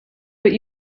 but